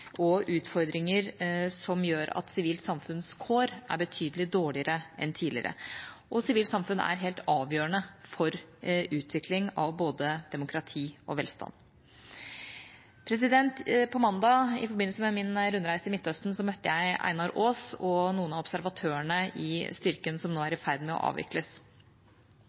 og utfordringer, og som gjør at sivilt samfunns kår er betydelig dårligere enn tidligere. Sivilt samfunn er helt avgjørende for utvikling av både demokrati og velstand. På mandag, i forbindelse med min rundreise i Midtøsten, møtte jeg Einar Aas og noen av observatørene i styrken som nå er i ferd med å avvikles.